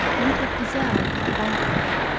would have deserved to vanquish.